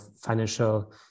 financial